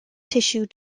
tissue